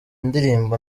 indirimbo